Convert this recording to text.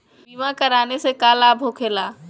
बीमा कराने से का लाभ होखेला?